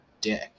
dick